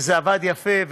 וזה עבד יפה,